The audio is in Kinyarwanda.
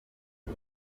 com